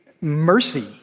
mercy